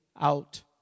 out